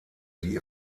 die